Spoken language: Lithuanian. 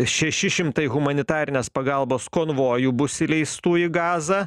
šeši šimtai humanitarinės pagalbos konvojų bus įleistų į gazą